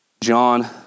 John